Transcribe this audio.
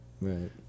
Right